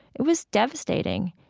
it was devastating.